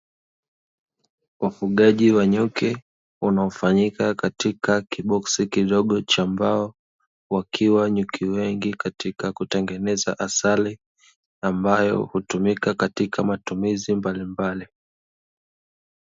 Ufugaji wa nyuki unaofanyika katika kiboksi kidogo cha mbao wakiwa nyuki wengi katika kutengeneza asali, ambayo hutumika katika matumizi mbalimbali.